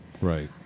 Right